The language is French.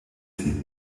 films